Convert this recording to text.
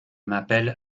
m’appelle